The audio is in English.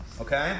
Okay